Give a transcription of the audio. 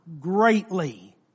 greatly